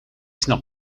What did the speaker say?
snap